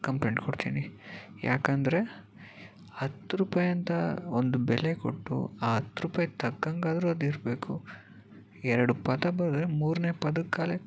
complaint ಕೊಡ್ತೀನಿ ಯಾಕೆಂದ್ರೆ ಹತ್ತು ರೂಪಾಯಿ ಅಂತ ಒಂದು ಬೆಲೆ ಕೊಟ್ಟು ಆ ಹತ್ತು ರೂಪಾಯಿ ತಕ್ಕಂಗಾದ್ರೂ ಅದು ಇರಬೇಕು ಎರಡು ಪದ ಬರೆದ್ರೆ ಮೂರನೇ ಪದಕ್ಕೆ